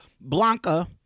Blanca